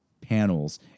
panels